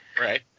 Right